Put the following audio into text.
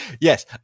yes